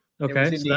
Okay